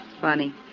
Funny